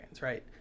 right